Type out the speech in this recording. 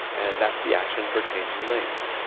and that's the action for changing lanes.